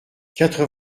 quatre